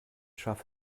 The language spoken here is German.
schaf